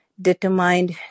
determined